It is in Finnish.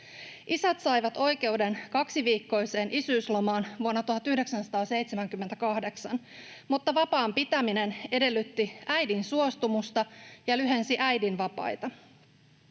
Isät saivat oikeuden kaksiviikkoiseen isyyslomaan vuonna 1978, mutta vapaan pitäminen edellytti äidin suostumusta ja lyhensi äidin vapaita.